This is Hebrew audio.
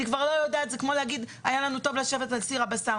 זה כמו להגיד היה לנו טוב לשבת על סיר הבשר,